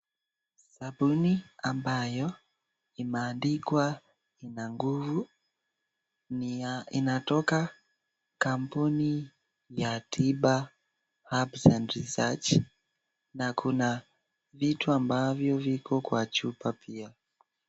Sabuni ambayo imeandikwa ina nguvu niya inatoka kampuni ya tiba herbs and research na kuna vitu ambavyo viko kwa chupa pia.